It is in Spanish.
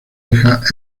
hija